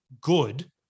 good